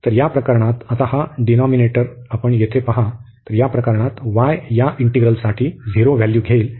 तर या प्रकरणात आता हा डिनॉमिनेटर आपण येथे पहा तर या प्रकरणात y या इंटिग्रलसाठी झिरो व्हॅल्यू घेईल